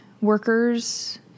workers